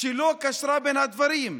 שלא קשרה בין הדברים,